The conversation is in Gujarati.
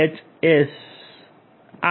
SH install